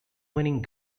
winning